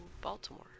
Baltimore